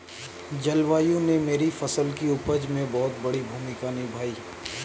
जलवायु ने मेरी फसल की उपज में बहुत बड़ी भूमिका निभाई